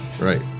right